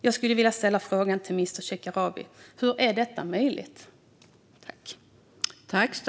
Jag skulle vilja ställa frågan till statsrådet Shekarabi: Hur är detta möjligt?